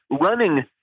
running